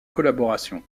collaboration